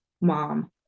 mom